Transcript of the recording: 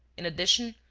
in addition,